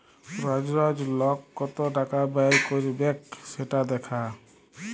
রজ রজ লক কত টাকা ব্যয় ক্যইরবেক সেট দ্যাখা